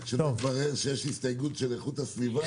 עד שכבר יש הסתייגות של איכות הסביבה